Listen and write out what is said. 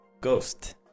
ghost